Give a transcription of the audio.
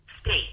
state